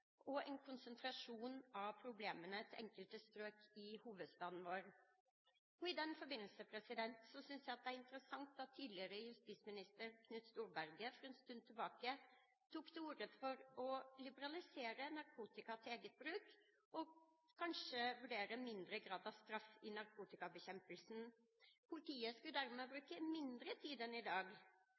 og en konsentrasjon av problemene til enkelte strøk i hovedstaden vår. I den forbindelse synes jeg det er interessant at tidligere justisminister Knut Storberget for en stund siden tok til orde for å liberalisere narkotika til eget bruk og kanskje vurdere en mindre grad av straff i narkotikabekjempelsen. Politiet skulle dermed bruke mindre tid enn i dag